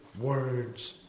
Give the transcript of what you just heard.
words